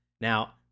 now